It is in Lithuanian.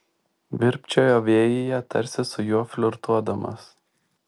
virpčiojo vėjyje tarsi su juo flirtuodamos